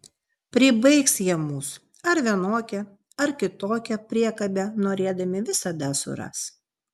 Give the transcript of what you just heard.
pribaigs jie mus ar vienokią ar kitokią priekabę norėdami visada suras